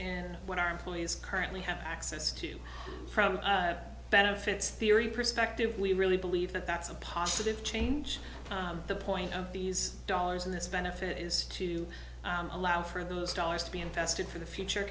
in what our employees currently have access to from benefits theory perspective we really believe that that's a positive change the point of these dollars in this benefit is to allow for those dollars to be infested for the future